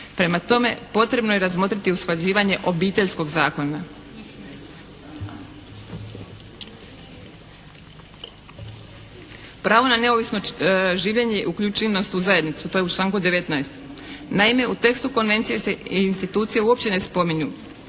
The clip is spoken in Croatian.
Prema tome potrebno je razmotriti usklađivanje Obiteljskog zakona. Pravo na neovisno življenje uključuje nas u zajednicu, to je u članku 19. Naime u tekstu Konvencije se institucije uopće ne spominju.